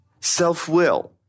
self-will